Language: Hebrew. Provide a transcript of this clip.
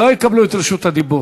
לא יקבלו את רשות הדיבור,